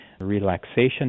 relaxation